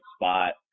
spot